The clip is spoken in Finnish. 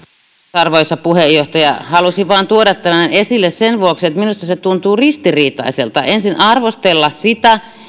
arvoisa puheenjohtaja halusin vain tuoda tämän esille sen vuoksi että minusta tuntuu ristiriitaiselta ensin olla sitä mieltä